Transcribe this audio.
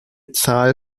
zahl